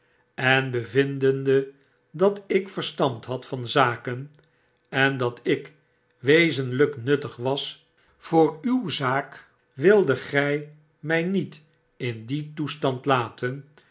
en bevindende dat ik verstand had van zaken en dat ik wezenlyk nuttig was voor uw zaak wildet gy mij niet in dien toestand laten